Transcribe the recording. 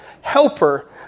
helper